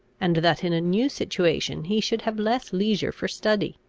and that in a new situation he should have less leisure for study.